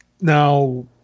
now